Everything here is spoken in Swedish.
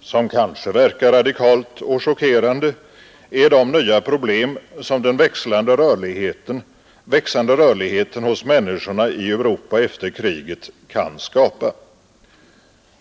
som kanske verkar radikalt och chockerande, är de nya problem som den växande rörligheten hos människorna i Europa efter kriget kan skapa.